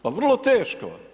Pa vrlo teško.